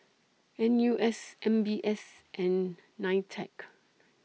N U S M B S and NITEC